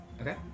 Okay